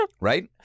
Right